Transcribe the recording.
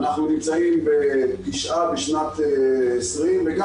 אנחנו נמצאים בתשעה בשנת 2020, ואני